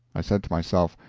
i said to myself,